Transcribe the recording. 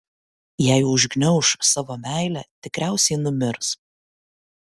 jei užgniauš savo meilę tikriausiai numirs